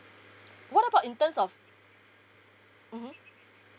what about in terms of mmhmm